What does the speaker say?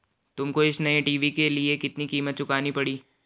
तुमको इस नए टी.वी के लिए कितनी कीमत चुकानी पड़ी?